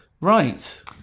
Right